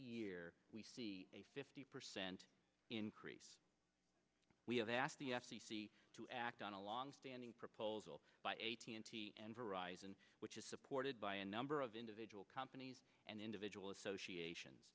year we see a fifty percent increase we have asked the f c c to act on a longstanding proposal by a t n t and horizon which is supported by a number of individual companies and individuals associations